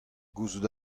gouzout